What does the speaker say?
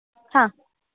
आम्